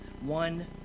One